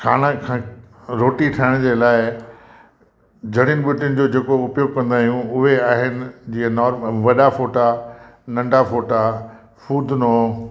खाना खा रोटी ठाहिण जे लाइ जड़ियुनि बूटिनि जो जेको उपयोग कंदा आहियूं उहे आहिनि जीअं नॉर्मल वॾा फोटा नंढा फोटा फूदनो